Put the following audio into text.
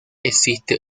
existe